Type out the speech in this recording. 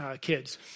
kids